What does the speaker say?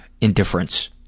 indifference